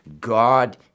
God